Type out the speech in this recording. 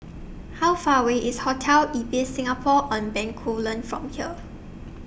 How Far away IS Hotel Ibis Singapore on Bencoolen from here